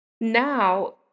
now